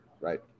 Right